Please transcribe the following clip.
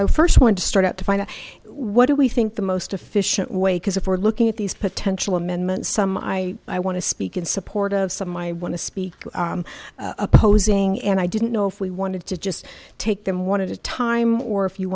i first want to start out to find out what do we think the most efficient way because if we're looking at these potential amendments some i i want to speak in support of some i want to speak opposing and i didn't know if we wanted to just take them wanted to time or if you